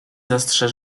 zastrze